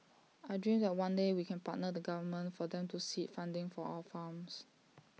I dream that one day we can partner the government for them to seed funding for our farms